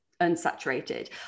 unsaturated